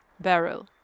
barrel